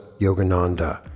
yogananda